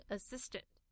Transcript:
Assistant